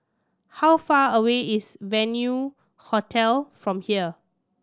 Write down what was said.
how far away is Venue Hotel from here